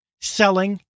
selling